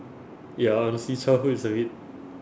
ya honestly childhood is a bit